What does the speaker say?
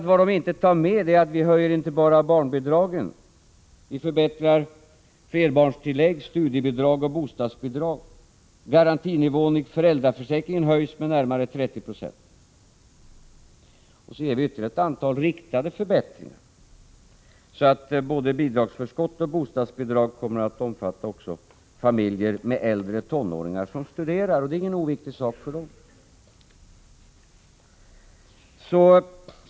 Men vad man inte tar med är att vi inte bara höjer barnbidragen — vi förbättrar flerbarnstillägg, studiebidrag och bostadsbidrag, och garantinivån i föräldraförsäkringen höjs med närmare 30 20. Vidare gör vi ytterligare ett antal riktade förbättringar, så att både bidragsförskott och bostadsbidrag kommer att omfatta också familjer med äldre tonåringar som studerar, och det är ingen oviktig sak för dem.